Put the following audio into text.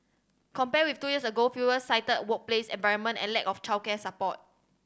compared with two years ago fewer cited workplace environment and lack of childcare support